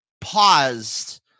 paused